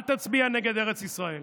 אל תצביע נגד ארץ ישראל.